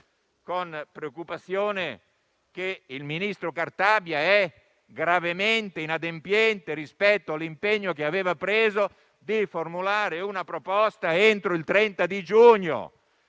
con preoccupazione che il ministro Cartabia è gravemente inadempiente rispetto all'impegno, che aveva assunto, di formulare una proposta entro il 30 giugno.